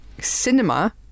cinema